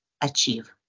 achieve